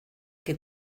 que